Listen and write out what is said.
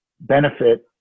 benefit